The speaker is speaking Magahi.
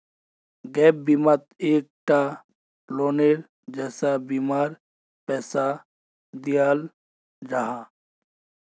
गैप बिमात एक टा लोअनेर जैसा बीमार पैसा दियाल जाहा